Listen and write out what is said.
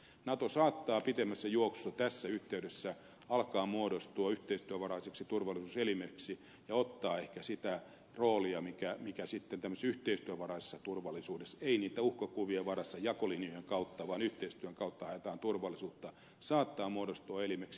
nato saattaa pitemmässä juoksussa tässä yhteydessä alkaa muodostua yhteistyövaraiseksi turvallisuuselimeksi ja ottaa ehkä sitä roolia mikä tämmöisessä yhteistyövaraisessa turvallisuudessa ei niitten uhkakuvien varassa jakolinjojen kautta vaan yhteistyön kautta ajetaan turvallisuutta saattaa muodostua elimeksi